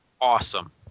awesome